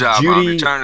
Judy